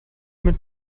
mit